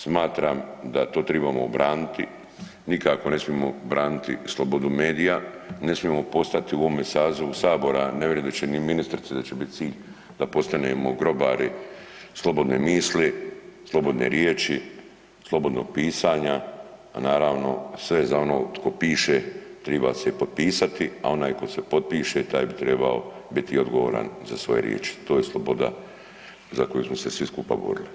Smatram da to tribamo braniti, nikako ne smijemo braniti slobodu medija, ne smijemo postati u ovome sazivu sabora, ne vjerujem ni ministrici da će biti cilj da postanemo grobari slobodne misli, slobodne riječi, slobodnog pisanja, a naravno sve za onoga tko piše triba bi se i potpisati, a onaj se potpiše taj bi trebao biti odgovoran za svoje riječi, to je sloboda za koju smo se svi skupa borili.